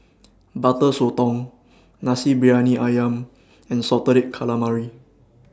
Butter Sotong Nasi Briyani Ayam and Salted Calamari